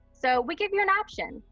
so we give you an option.